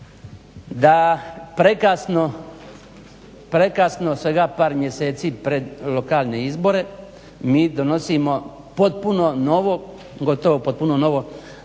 da prekasno svega par mjeseci pred lokalne izbore mi donosimo potpuno novo gotovo potpuno novi